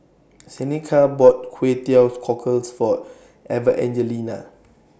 Seneca bought Kway Teow Cockles For Evangelina